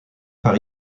par